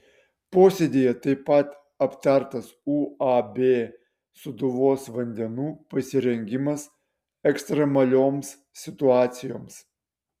posėdyje taip pat aptartas uab sūduvos vandenų pasirengimas ekstremalioms situacijoms